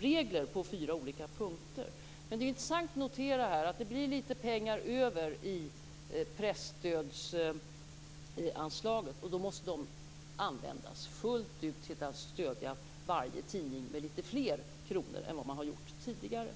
regler på fyra olika punkter. Det är intressant att notera att det blir litet pengar över i presstödsanslaget. Då måste de användas fullt ut till att stödja varje tidning med litet fler kronor än vad man har gjort tidigare.